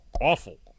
awful